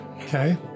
Okay